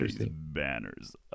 banners